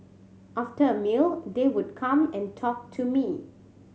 after a meal they would come and talk to me